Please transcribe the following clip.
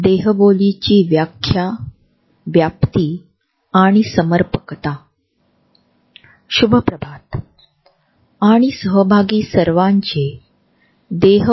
पहिल्या आठवड्याच्या दुसर्या मॉड्यूल मध्ये सहभागींचे स्वागत आहे